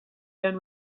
done